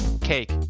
cake